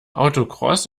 autocross